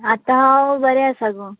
आतां हांव बरें आसा गो